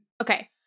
Okay